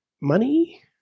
money